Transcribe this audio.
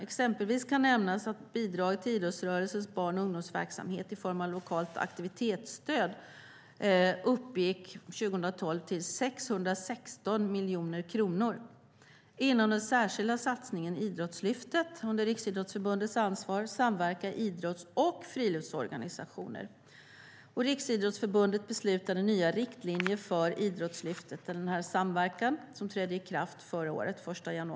Exempelvis kan nämnas att bidraget till idrottsrörelsens barn och ungdomsverksamhet i form av lokalt aktivitetsstöd år 2012 uppgick till 616 miljoner kronor. Inom den särskilda satsningen Idrottslyftet, under Riksidrottsförbundets ansvar, samverkar idrotts och friluftsorganisationer. Riksidrottsförbundet beslutade om nya riktlinjer för Idrottslyftet, det vill säga samverkan, som trädde i kraft den 1 januari förra året.